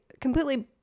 completely